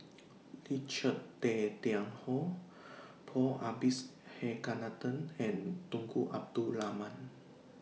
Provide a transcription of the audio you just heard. Richard Tay Tian Hoe Paul Abisheganaden and Tunku Abdul Rahman